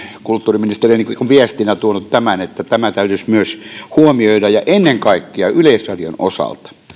kulttuuriministerille viestinä tuonut tämän että tämä täytyisi myös huomioida ja ennen kaikkea yleisradion osalta